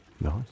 nice